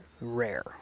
rare